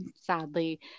sadly